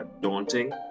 daunting